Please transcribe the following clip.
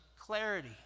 clarity